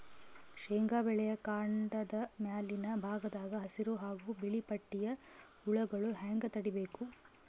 ಶೇಂಗಾ ಬೆಳೆಯ ಕಾಂಡದ ಮ್ಯಾಲಿನ ಭಾಗದಾಗ ಹಸಿರು ಹಾಗೂ ಬಿಳಿಪಟ್ಟಿಯ ಹುಳುಗಳು ಹ್ಯಾಂಗ್ ತಡೀಬೇಕು?